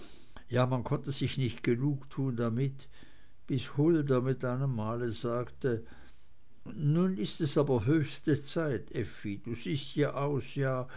ja man konnte sich nicht genug tun damit bis hulda mit einem male sagte nun aber ist es höchste zeit effi du siehst ja aus ja